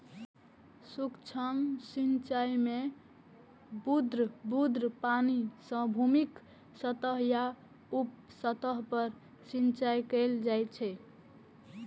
सूक्ष्म सिंचाइ मे बुन्न बुन्न पानि सं भूमिक सतह या उप सतह पर सिंचाइ कैल जाइ छै